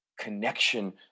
connection